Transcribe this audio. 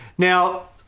Now